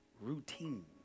routine